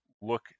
look